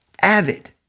avid